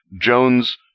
Jones